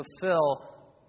fulfill